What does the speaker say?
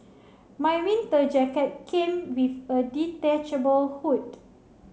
my winter jacket came with a detachable hood